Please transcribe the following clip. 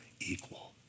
equal